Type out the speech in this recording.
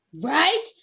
Right